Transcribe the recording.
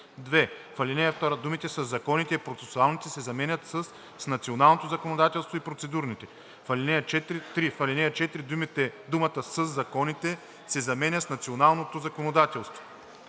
2. В ал. 2 думите „със законите и процесуалните“ се заменят със „с националното законодателство и процедурните“. 3. В ал. 4 думата „със законите“ се заменя с „националното законодателство“.“